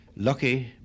lucky